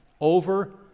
over